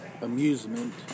amusement